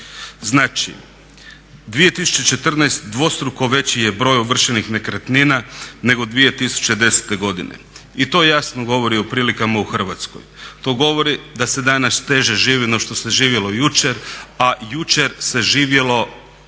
Znači, 2014. dvostruko veći je broj ovršenih nekretnina nego 2010. godine. I to jasno govori o prilikama u Hrvatskoj. To govori da se danas teže živi no što se živjelo jučer, a jučer se živjelo teže